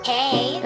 Hey